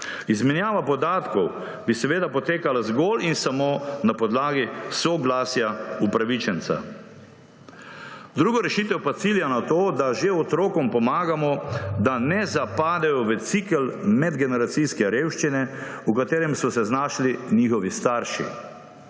Izmenjava podatkov bi seveda potekala zgolj in samo na podlagi soglasja upravičenca. Druga rešitev pa cilja na to, da že otrokom pomagamo, da ne zapadejo v cikel medgeneracijske revščine, v katerem so se znašli njihovi starši.